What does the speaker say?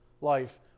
life